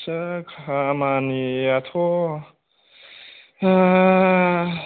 आच्छा खामानियाथ